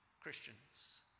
Christians